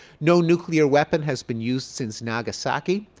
no nuclear weapon has been used since nagasaki,